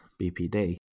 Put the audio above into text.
BPD